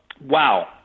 Wow